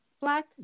Black